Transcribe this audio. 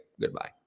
Goodbye